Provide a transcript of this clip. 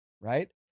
Right